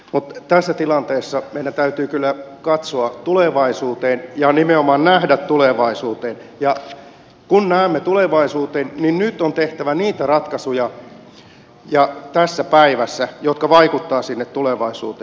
mutta tässä tilanteessa meidän täytyy kyllä katsoa tulevaisuuteen ja nimenomaan nähdä tulevaisuuteen ja kun näemme tulevaisuuteen niin nyt on tehtävä niitä ratkaisuja ja tässä päivässä jotka vaikuttavat sinne tulevaisuuteen